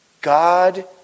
God